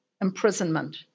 imprisonment